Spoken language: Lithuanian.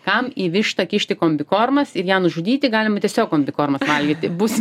kam į vištą kišti kombikormas ir ją nužudyti galima tiesiog kombikormas valgyti bus